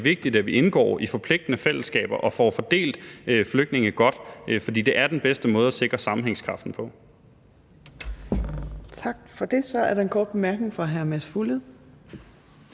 vigtigt, at vi indgår i forpligtende fællesskaber og får fordelt flygtningene godt, for det er den bedste måde at sikre sammenhængskraften på. Kl. 15:30 Fjerde næstformand